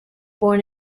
born